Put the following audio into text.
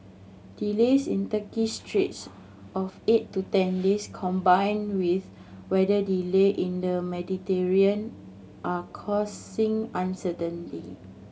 delays in Turkish straits of eight to ten days combined with weather delay in the Mediterranean are causing uncertainty